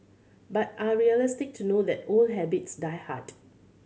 but are realistic to know that old habits die hard